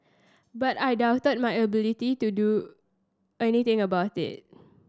but I doubted my ability to do anything about it